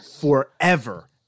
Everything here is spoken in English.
forever